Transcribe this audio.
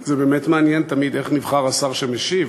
זה באמת מעניין תמיד איך נבחר השר שמשיב,